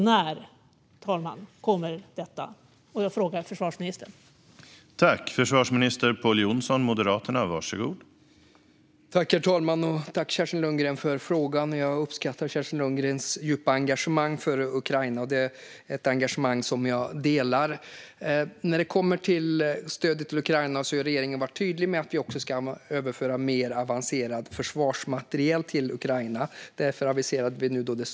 När, försvarsministern, kommer detta?